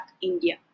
India